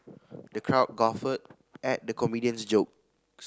the crowd guffawed at the comedian's jokes